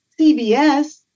CBS